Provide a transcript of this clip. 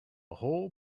whole